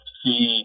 see